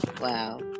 wow